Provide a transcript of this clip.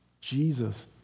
Jesus